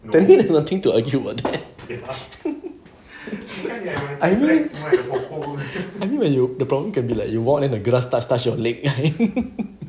I think there's nothing to argue about it I think when you the problem can be like you walk in a grass then touch touch your leg